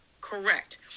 correct